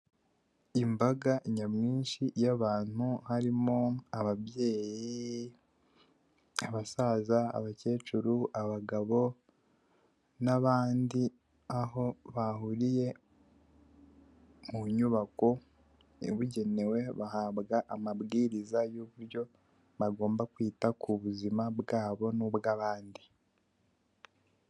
Imbaga nyamwinshi y'abantu, harimo ababyeyi, abasaza, abakecuru, abagabo, n'abandi, aho bahuriye mu nyubako ibugenewe, bahabwa amabwiriza y'uburyo bagomba kwita ku buzima bwabo n'ubw'abandi.